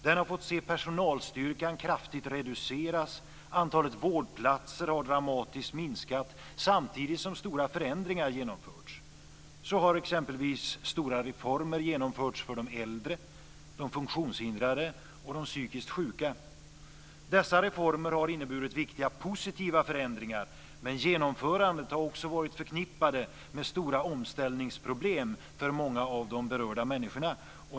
Den har fått se personalstyrkan kraftigt reduceras, och antalet vårdplatser har dramatiskt minskat; detta samtidigt som stora förändringar genomförts. Så har exempelvis stora reformer genomförts för de äldre, de funktionshindrade och de psykiskt sjuka. Dessa reformer har inneburit viktiga positiva förändringar men genomförandet har också varit förknippat med stora omställningsproblem för många av de berörda människorna.